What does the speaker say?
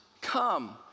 come